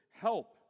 help